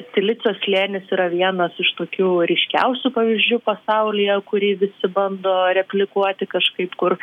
silicio slėnis yra vienas iš tokių ryškiausių pavyzdžių pasaulyje kurį visi bando replikuoti kažkaip kur